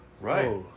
right